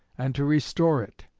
and to restore it,